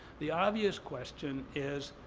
the obvious question is,